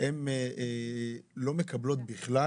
הן לא מקבלות בכלל